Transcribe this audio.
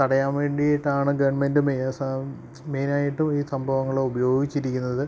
തടയാന് വേണ്ടിയിട്ടാണ് ഗവൺമെൻ്റ് മെയിനായിട്ട് ഈ സംഭവങ്ങള് ഉപയോഗിച്ചിരിക്കുന്നത്